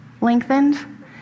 lengthened